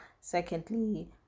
secondly